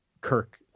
kirk